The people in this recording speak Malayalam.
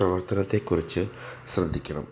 പ്രവർത്തനത്തെക്കുറിച്ച് ശ്രദ്ധിക്കണം